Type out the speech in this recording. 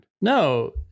No